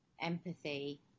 empathy